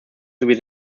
sowie